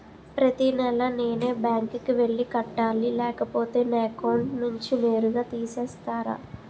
ప్రతి నెల నేనే బ్యాంక్ కి వెళ్లి కట్టాలి లేకపోతే నా అకౌంట్ నుంచి నేరుగా తీసేస్తర?